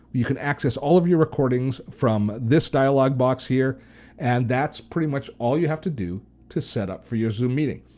you can access all of your recordings from this dialog box here and that's pretty much all you have to do to set up for your zoom meeting.